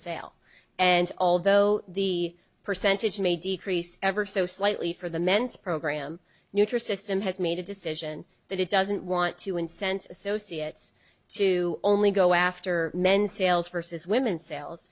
sale and although the percentage may decrease ever so slightly for the men's program nutrisystem has made a decision that it doesn't want to incense associates to only go after men sales versus women sales